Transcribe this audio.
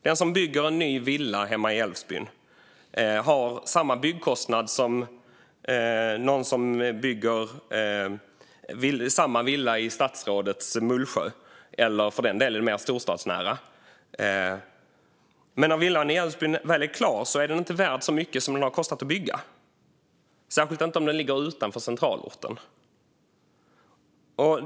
Den som bygger en ny villa hemma i Älvsbyn har samma byggkostnad som någon som bygger en likadan villa i statsrådets Mullsjö eller för den delen mer storstadsnära. Men när villan i Älvsbyn väl är klar är den inte värd så mycket som den har kostat att bygga - särskilt inte om den ligger utanför centralorten.